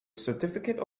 certificate